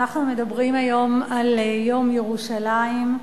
אנחנו מדברים היום על יום ירושלים.